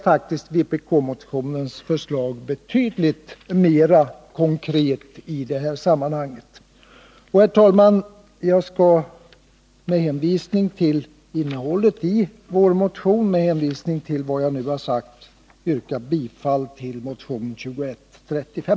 Vpk-motionens förslag är betydligt mer konkret. Herr talman! Med hänvisning till innehållet i vår motion och till vad jag nu har sagt yrkar jag bifall till motion 2135.